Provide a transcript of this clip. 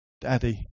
Daddy